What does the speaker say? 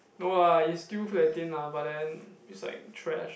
no lah is still feel like thin lah but then it's like trash